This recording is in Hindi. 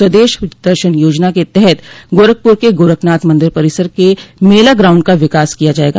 स्वदेश दर्शन योजना के तहत गोरखपुर के गोरखनाथ मंदिर परिसर के मेला ग्राउंड का विकास किया जायेगा